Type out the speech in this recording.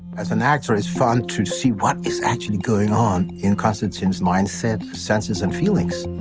as an actor, it's fun to see what is actually going on in konstantin's mind-set, senses, and feelings.